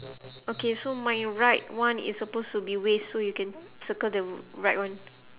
okay so my right one is supposed to be waste so you can circle the right one